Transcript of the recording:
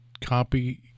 copy